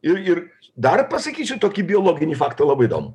ir ir dar pasakysiu tokį biologinį faktą labai įdomų